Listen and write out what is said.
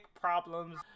problems